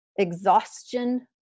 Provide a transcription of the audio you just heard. Exhaustion